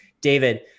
David